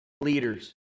leaders